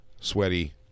sweaty